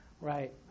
Right